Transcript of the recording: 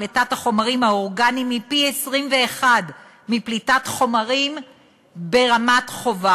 פליטת החומרים האורגניים היא פי-21 מפליטת חומרים ברמת-חובב.